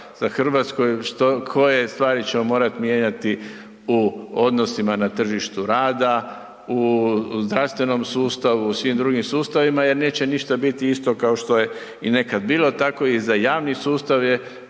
sa RH, što, koje stvari ćemo morat mijenjati u odnosima na tržištu rada, u zdravstvenom sustavu i svim drugim sustavima jer neće ništa biti isto kao što je i nekad bilo. Tako i za javni sustav je